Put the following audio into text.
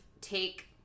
take